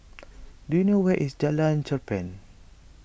do you know where is Jalan Cherpen